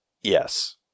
Yes